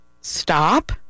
stop